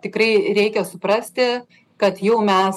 tikrai reikia suprasti kad jau mes